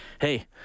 Hey